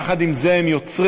יחד עם זה הם יוצרים,